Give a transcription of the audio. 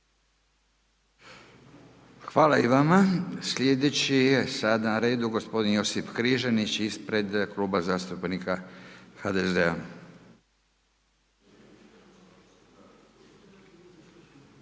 Hvala i vama. Sljedeći je sad na redu gospodin Josip Križanić ispred Kluba zastupnika HDZ-a.